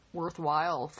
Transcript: worthwhile